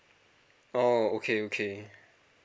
oh okay okay